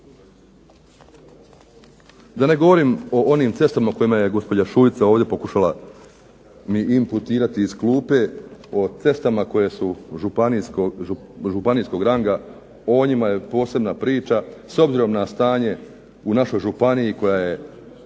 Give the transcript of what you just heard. DA ne govorim o onim cestama o kojima je gospođa Šuica mi pokušala imputirati iz klupe, o cestama koje su županijskog ranga, o njima je posebna priča. S obzirom na stanje u našoj županiji koja je